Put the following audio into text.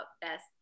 best